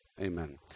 Amen